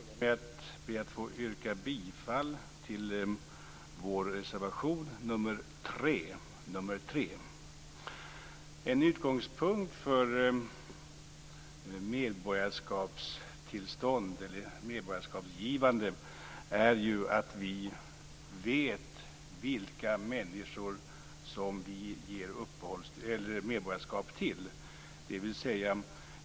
Fru talman! Jag skall börja med att be att få yrka bifall till vår reservation nr 3. En utgångspunkt för medborgarskapsgivande är ju att vi vet vilka människor som vi ger medborgarskap till.